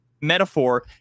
metaphor